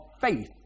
faith